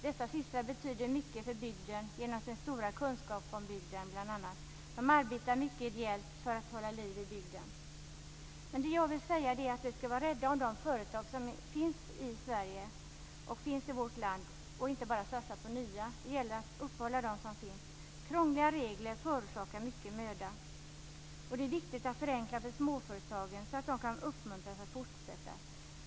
Dessa systrar betyder mycket för bygden genom sin stora kunskap bl.a. om bygden. De arbetar mycket ideellt för att hålla liv i bygden. Det jag vill säga är att vi skall vara rädda om de företag som finns i Sverige, och inte bara satsa på nya. Det gäller att uppehålla dem som finns. Krångliga regler förorsakar mycket möda. Det är viktigt att förenkla för småföretagen så att de kan uppmuntras att fortsätta.